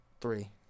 Three